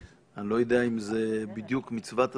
אני לא יודע אם זה בדיוק מצוות התקנון,